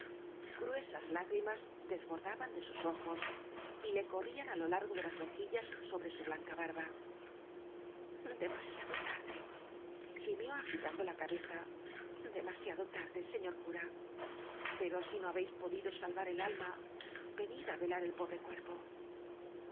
gruesas lágrimas desbordaban de sus ojos y le corrían á o largo de las mejillas sobre su blanca barba demasiado tarde agitando la cabe za demasiado tarde señor cura pero si no ha béis podido salvar el a lm a teuld á velar el po bre cuerpo